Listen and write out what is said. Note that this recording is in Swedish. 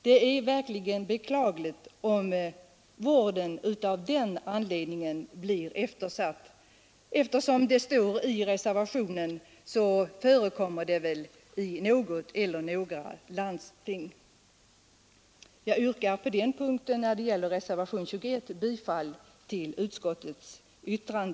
Det är verkligen beklagligt om vården av den anledningen blir eftersatt. Eftersom det står i reservationen förekommer det väl i något eller några landsting. I anledning av reservationen 21 yrkar jag bifall till utskottets hemställan.